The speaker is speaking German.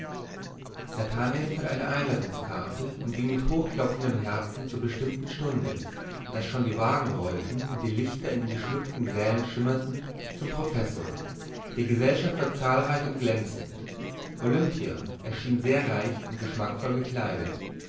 nathanael fand eine einladungskarte und ging mit hochklopfendem herzen zur bestimmten stunde als schon die wagen rollten und die lichter in den geschmückten sälen schimmerten zum professor die gesellschaft war zahlreich und glänzend olimpia erschien sehr reich und geschmackvoll gekleidet